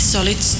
Solid